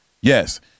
Yes